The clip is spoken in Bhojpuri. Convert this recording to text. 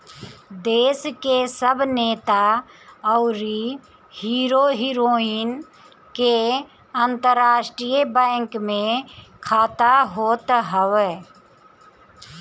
देस के सब नेता अउरी हीरो हीरोइन के अंतरराष्ट्रीय बैंक में खाता होत हअ